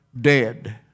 Dead